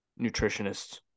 nutritionists